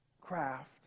craft